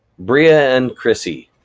briaandchrissy,